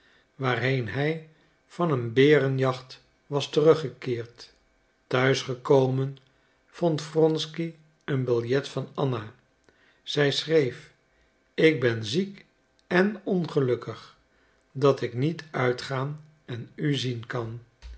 waarheen hij van een berenjacht was teruggekeerd te huis gekomen vond wronsky een billet van anna zij schreef ik ben ziek en ongelukkig dat ik niet uitgaan en u zien kan